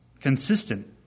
consistent